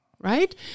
right